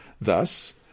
thus